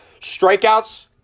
Strikeouts